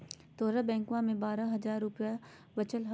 तोहर बैंकवा मे बारह हज़ार रूपयवा वचल हवब